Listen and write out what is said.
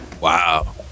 Wow